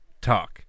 talk